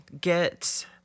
get